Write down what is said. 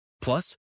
Plus